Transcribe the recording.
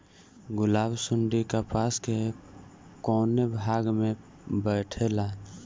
गुलाबी सुंडी कपास के कौने भाग में बैठे ला?